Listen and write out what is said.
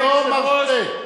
לחזור לאופוזיציה.